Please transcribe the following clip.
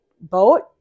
boat